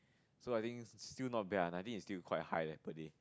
so I think still not bad ah nineteen is still quite high leh per day